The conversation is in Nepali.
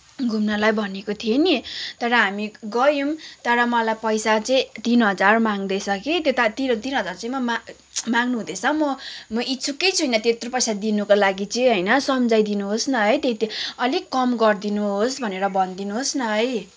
घुम्नलाई भनेको थिएँ नि तर हामी गयौँ तर मलाई पैसा चाहिँ तिन हजार माग्दैछ कि त्यता तिर तिन हजार चाहिँ मा माग्नुहुँदैछ म म इच्छुकै छुइनँ त्यत्रो पैसा दिनुको लागि चाहिँ होइन सम्झाइदिनुहोस् न है त्यति अलिक कम गरिदिनुहोस् भनेर भनिदिनुहोस् न है